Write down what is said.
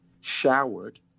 showered